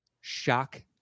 shock